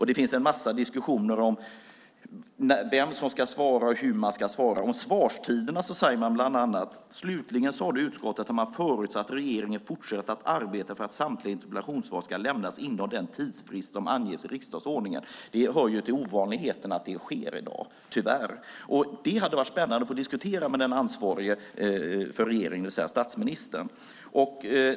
Det finns en massa diskussioner om vem som ska svara och hur man ska svara. Om svarstiderna sägs bland annat: "Slutligen sade utskottet att man förutsatte att regeringen fortsätter att arbeta för att samtliga interpellationssvar ska lämnas inom den tidsfrist som anges i riksdagsordningen." Det hör tyvärr till ovanligheterna att det sker i dag. Det hade varit spännande att få diskutera med den ansvarige i regeringen, det vill säga statsministern.